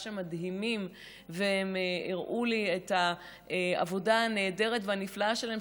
המדהימים הם הראו לי את העבודה הנהדרת והנפלאה שלהם.